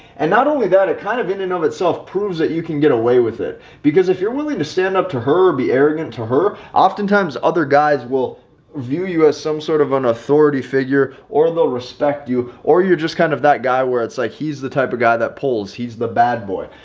and not only that, it kind of in and of itself proves that you can get away with it. because if you're willing to stand up to her be arrogant to her. oftentimes, other guys will view you as some sort of an authority figure or they'll respect you or you're just kind of that guy where it's like he's the type of guy that pulls he's the bad boy.